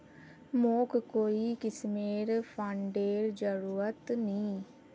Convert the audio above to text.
मोक कोई किस्मेर फंडेर जरूरत नी